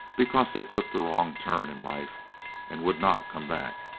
because they took the wrong turn in life and would not come back.